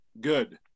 good